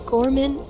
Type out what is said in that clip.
Gorman